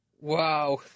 wow